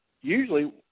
usually